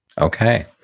Okay